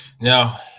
Now